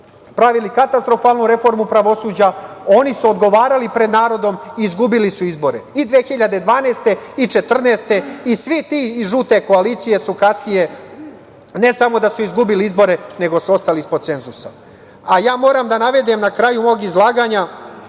pravili katastrofalnu reformu pravosuđa, oni su odgovarali pred narodom i izgubili su izbore i 2012. i 2014. i svi ti iz žute koalicije su kasnije ne samo da su izgubili izbore, nego su ostali ispod cenzusa. Moram da navedem na kraju mog izlaganja